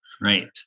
Right